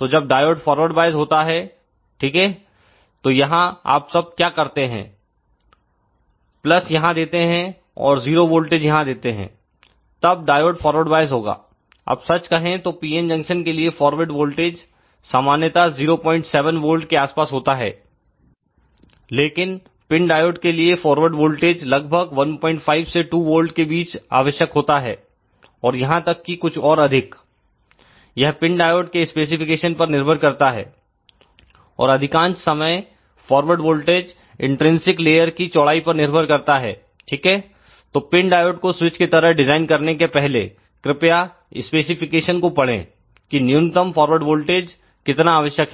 तो जब diode forward bias होता है ठीक है तो यहां आप सब क्या करते हैं यहां देते हैं और 0 वोल्टेज यहां देते हैं तब डायोड फॉरवार्ड बॉयस होगा अब सच कहें तो PN जंक्शन के लिए फॉरवर्ड वोल्टेज सामान्यता 07 वोल्ट के आसपास होता है लेकिन पिन डायोड के लिए फॉरवर्ड वोल्टेज लगभग 15 से 2 वोल्ट के बीच आवश्यक होता है और यहां तक कि कुछ और अधिक यह पिन डायोड के स्पेसिफिकेशन पर निर्भर करता है और अधिकांश समय फॉरवर्ड वोल्टेज इंटर्नशिक लेयर की चौड़ाई पर निर्भर करता है ठीक है तो पिन डायोड को स्विच की तरह डिजाइन करने के पहले कृपया स्पेसिफिकेशन को पढ़ें कि न्यूनतम फॉरवर्ड वोल्टेज कितना आवश्यक है